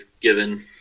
given